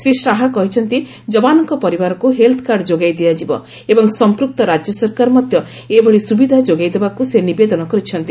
ଶ୍ରୀ ଶାହା କହିଛନ୍ତି ଯବାନଙ୍କ ପରିବାରକୁ ହେଲଥକାର୍ଡ ଯୋଗାଇ ଦିଆଯିବ ଏବଂ ସମ୍ପୃକ୍ତ ରାଜ୍ୟ ସରକାର ମଧ୍ୟ ଏଭଳି ସୁବିଧା ଯୋଗାଇ ଦେବାକୁ ସେ ନିବେଦନ କରିଛନ୍ତି